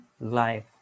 life